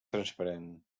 transparent